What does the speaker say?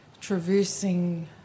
traversing